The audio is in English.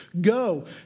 go